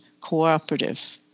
cooperative